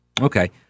Okay